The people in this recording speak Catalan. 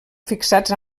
fixats